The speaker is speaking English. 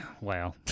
Wow